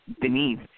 beneath